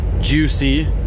juicy